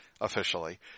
officially